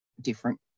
different